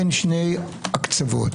בין שני הקצוות,